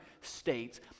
states